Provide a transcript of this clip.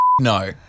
no